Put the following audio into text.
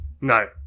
No